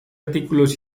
artículos